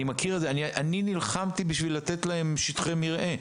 אני נלחמתי בשביל לתת להם שטחי מרעה,